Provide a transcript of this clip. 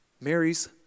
Mary's